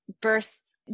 bursts